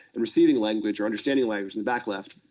and receiving language or understanding language in the back left,